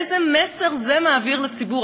איזה מסר זה מעביר לציבור?